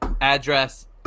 address